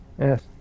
Yes